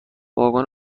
واگن